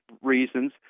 reasons